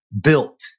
built